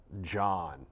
John